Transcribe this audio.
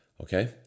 Okay